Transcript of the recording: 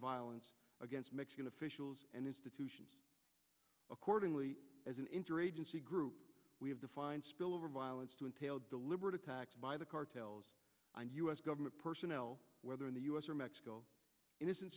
violence against mexican officials and institutions accord as an interagency group we have defined spillover violence to entail deliberate attacks by the cartels and u s government personnel whether in the u s or mexico innocent